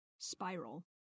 Spiral